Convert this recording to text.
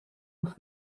off